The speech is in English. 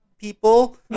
people